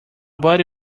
body